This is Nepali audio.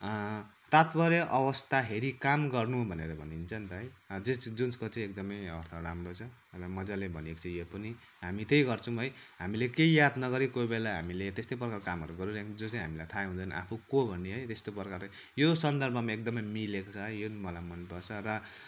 तात्पर्य अवस्था हेरि काम गर्नु भनेर भनिन्छ नि है ज जुनको चाहिँ एकदमै अर्थ राम्रो छ मजाले भनिएको छ यो पनि हामी त्यही गर्छौँ है हामीले कही याद नगरी कोही बेला हामीले त्यस्तै प्रकार कामहरू गरिरएका जो चाहिँ हामीलाई थाहा हुँदैन आफू को भन्ने है त्यस्तो प्रकारले यो सन्दर्भमा एकदमै मिलेको छ है यो नि मलाई मन पर्छ र